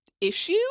issue